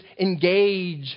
engage